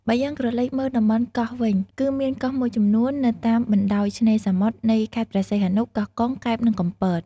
បើយើងក្រលេកមើលតំបន់កោះវិញ គឺមានកោះមួយចំនួននៅតាមបណ្ដោយឆ្នេរសមុទ្រនៃខេត្តព្រះសីហនុ កោះកុង កែប និងកំពត។